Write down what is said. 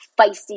feisty